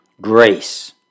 grace